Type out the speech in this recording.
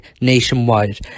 nationwide